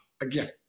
again